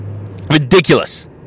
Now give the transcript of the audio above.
Ridiculous